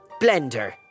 Blender